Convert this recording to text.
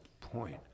point